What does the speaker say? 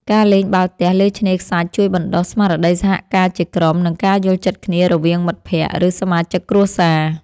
ការលេងបាល់ទះលើឆ្នេរខ្សាច់ជួយបណ្ដុះ ស្មារតីសហការជាក្រុម និងការយល់ចិត្តគ្នារវាងមិត្តភក្តិ ឬសមាជិកគ្រួសារ។